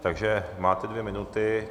Takže máte dvě minuty.